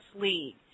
League